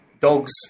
dogs